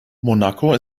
monaco